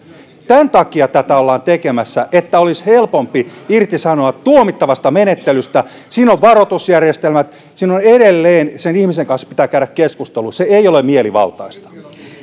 tämän takia tätä ollaan tekemässä että olisi helpompi irtisanoa tuomittavasta menettelystä siinä on varoitusjärjestelmät ja siinä edelleen sen ihmisen kanssa pitää käydä keskustelu se ei ole mielivaltaista